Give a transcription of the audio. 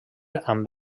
amb